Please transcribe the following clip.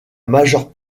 majeure